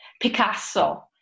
Picasso